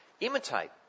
imitate